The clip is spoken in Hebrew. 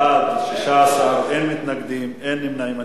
בעד, 16, אין מתנגדים, אין נמנעים.